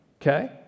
okay